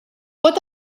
pot